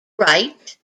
wright